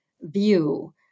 view